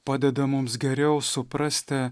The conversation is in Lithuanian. padeda mums geriau suprasti